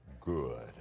good